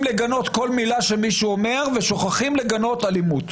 לגנות כל מילה שמישהו אומר ושוכחים לגנות אלימות.